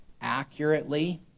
accurately